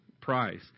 price